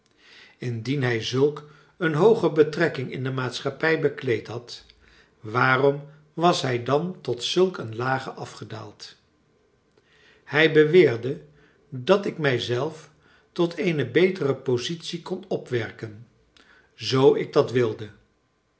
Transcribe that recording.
indien hij zulk een hooge betrekking in de maatschappij bekleed had waarom was hij dan tot zulk een lage afgedaald hij beweerde dat ik mijzelf tot eene betere positie kon opwerken zoo ik dat wilde